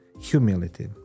humility